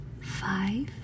five